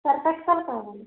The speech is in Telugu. సర్ఫ్ ఎక్సెల్ కావాలి